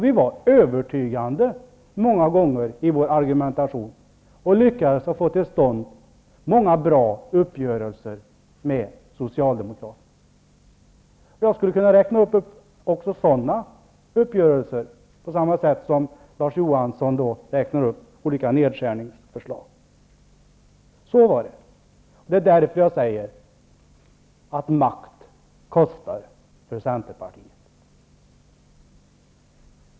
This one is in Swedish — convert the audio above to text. Vi var många gånger övertygande i vår argumentation och lyckades få till stånd många bra uppgörelser med Socialdemokraterna. Jag skulle kunna räkna upp även sådana uppgörelser -- på samma sätt som Larz Johansson räknar upp olika nedskärningsförslag. Så var det. Och det är därför som jag säger att makt kostar för Centerpartiet.